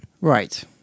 right